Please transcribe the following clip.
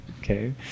okay